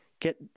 get